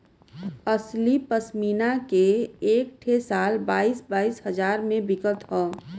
असली पश्मीना के एक ठे शाल बाईस बाईस हजार मे बिकत हौ